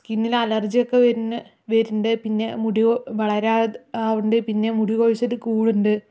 സ്കിന്നിൽ അലർജി ഒക്കെ വരുന്നുണ്ട് വരുന്നുണ്ട് പിന്നെ മുടി വളരാതെ ആവുന്നുണ്ട് പിന്നെ മുടി കൊഴിച്ചിൽ കൂടുന്നുണ്ട്